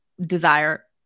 desire